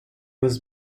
was